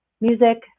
music